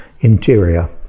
interior